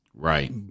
Right